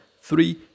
three